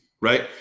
right